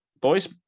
Boys